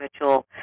Mitchell